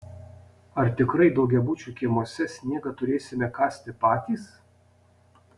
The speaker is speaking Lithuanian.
ar tikrai daugiabučių kiemuose sniegą turėsime kasti patys